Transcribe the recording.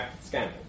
Scandal